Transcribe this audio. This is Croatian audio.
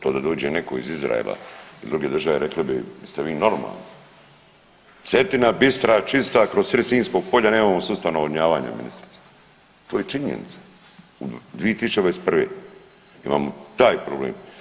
To da dođe netko iz Izraela iz druge države rekli bi jeste vi normalni, Cetina bistra, čista kroz srid Sinjskog polja nemamo sustav navodnjavanja ministrice, to je činjenica, 2021. imamo taj problem.